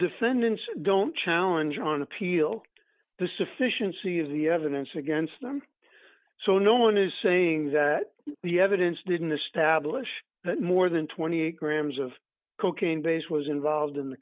defendants don't challenge on appeal the sufficiency of the evidence against them so no one is saying that the evidence didn't establish that more than twenty grams of cocaine base was involved in the